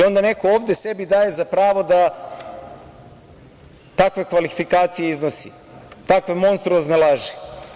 I onda neko ovde sebi daje za pravo da takve kvalifikacije iznosi, takve monstruozne laži.